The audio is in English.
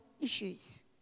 issues